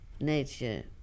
nature